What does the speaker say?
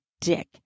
dick